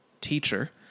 teacher